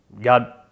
god